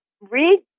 read